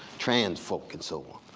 trans folk and so on.